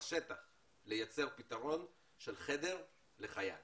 לייצר בשטח פתרון של חדר לחייל